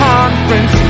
Conference